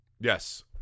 yes